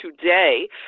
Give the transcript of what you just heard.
today